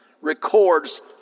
records